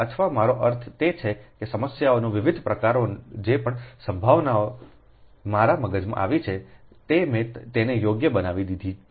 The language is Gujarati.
અથવા મારો અર્થ તે છે કે સમસ્યાઓના વિવિધ પ્રકારો જે પણ સંભાવનાઓ મારા મગજમાં આવી છે તે મેં તેને યોગ્ય બનાવી દીધી છે